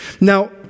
Now